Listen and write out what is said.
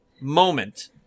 moment